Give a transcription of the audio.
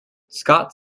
scott